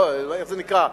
איך זה נקרא?